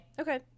okay